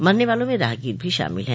मरने वालों में राहगीर भी शामिल है